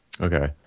Okay